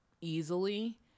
easily